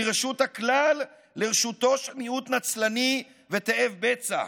מרשות הכלל לרשותו של מיעוט נצלני ותאב בצע.